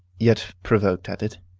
yet provoked at it.